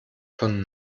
von